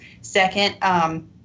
second